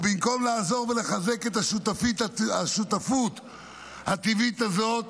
ובמקום לעזור ולחזק את השותפות הטבעית הזאת